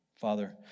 Father